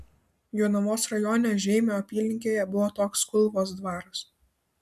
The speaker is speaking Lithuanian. jonavos rajone žeimio apylinkėje buvo toks kulvos dvaras